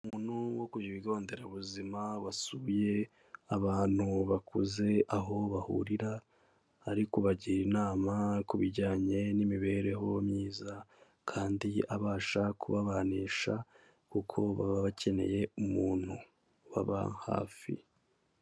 Umuntu wo ku kigo nderabuzima wasuye abantu bakuze aho bahurira, ari kubagira inama ku bijyanye n'imibereho myiza kandi abasha kubabanisha kuko baba bakeneye umuntu ubaba hafi.